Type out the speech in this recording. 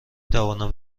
توانم